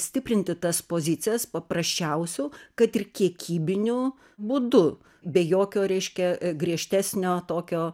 stiprinti tas pozicijas paprasčiausiu kad ir kiekybiniu būdu be jokio reiškia e griežtesnio tokio